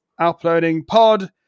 uploadingpod